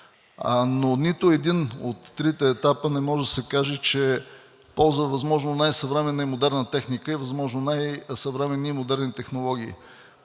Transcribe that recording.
но нито един от трите етапа не може да се каже, че ползва възможно най-съвременната и модерна техника и възможно най-съвременните модерни технологии.